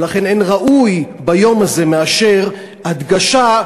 ולכן אין ראוי ביום הזה מאשר הדגשה,